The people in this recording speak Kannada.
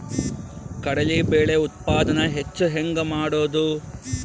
ಕಡಲಿ ಬೇಳೆ ಉತ್ಪಾದನ ಹೆಚ್ಚು ಹೆಂಗ ಮಾಡೊದು?